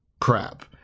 crap